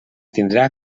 tindrà